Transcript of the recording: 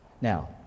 Now